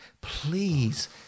Please